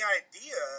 idea